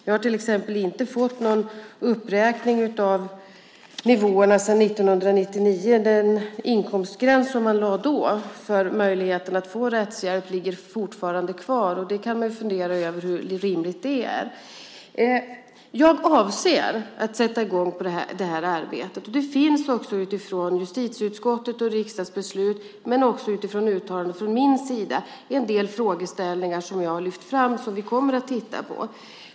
Det har till exempel sedan 1999 inte skett någon uppräkning av nivån på den inkomstgräns som man lade fast då för möjligheten att få rättshjälp. Den ligger fortfarande kvar. Man kan fundera över hur rimligt det är. Jag avser att sätta i gång det här arbetet. Det finns utifrån riksdagsbeslut och justitieutskottets arbete, men också utifrån uttalanden från min sida, en del frågeställningar som jag har lyft fram och som vi kommer att titta på.